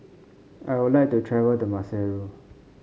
I would like to travel to Maseru